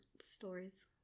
stories